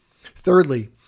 Thirdly